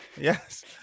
Yes